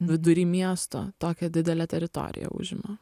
vidury miesto tokią didelę teritoriją užima